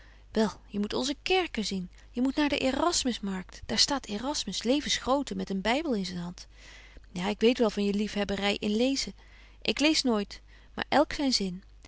wel je moet onze kerken zien je moet naar de erasmusmarkt daar staat erasmus levensgrootte met een bybel in zyn hand ja ik weet wel van je liefhebbery in lezen ik lees nooit maar elk zyn zin